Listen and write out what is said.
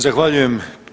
Zahvaljujem.